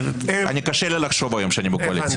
קשה לי לחשוב היום שאני בקואליציה.